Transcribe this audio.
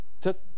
took